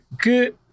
Good